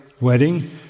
wedding